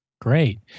Great